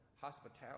Hospitality